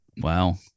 Wow